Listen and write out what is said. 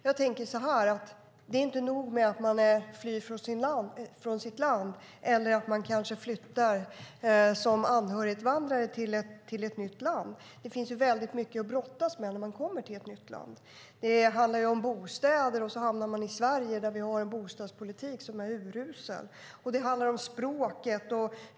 Jag tänker så här: Det är inte nog med att man flyr från sitt land eller att man kanske flyttar som anhöriginvandrare till ett nytt land. Det finns mycket att brottas med när man kommer till ett nytt land. Det handlar om bostäder, och så hamnar man i Sverige där vi har en bostadspolitik som är urusel. Det handlar också om språket.